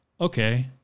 okay